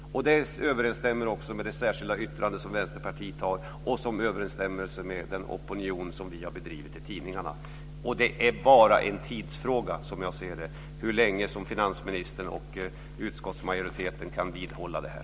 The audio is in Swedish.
Det här överensstämmer också med det särskilda yttrande som Vänsterpartiet har och som är i överensstämmelse med den opinionsbildning som vi har bedrivit i tidningarna. Som jag ser det är det bara en tidsfråga. Hur länge kan finansministern och utskottsmajoriteten vidhålla det här?